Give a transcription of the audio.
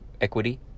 equity